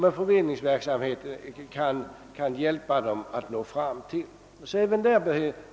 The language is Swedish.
En förmedlingsverksamhet kan därför vara till stor hjälp även för dem.